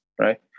right